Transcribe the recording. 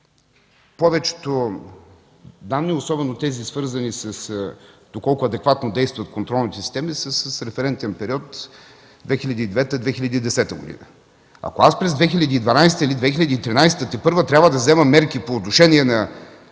Повечето данни, особено тези, свързани с това до колко адекватно действа контролната система, са с референтен период 2009-2010 г. Ако аз през 2012 г. или 2013 г. тепърва трябва да вземам мерки по отношение на